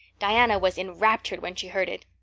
diana was enraptured when she heard it.